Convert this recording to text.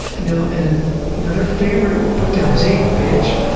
you know and you know their favorite put-down is hey, bitch!